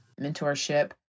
mentorship